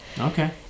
Okay